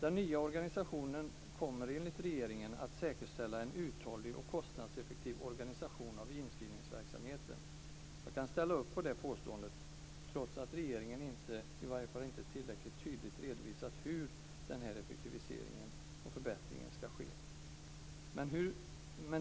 Den nya organisationen kommer enligt regeringen att säkerställa en uthållig och kostnadseffektiv organisation av inskrivningsverksamheten. Jag kan ställa upp på det påståendet trots att regeringen inte, i varje fall inte tillräckligt tydligt, redovisat hur den här effektiviseringen och förbättringen ska ske.